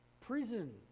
prison